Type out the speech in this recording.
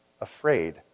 afraid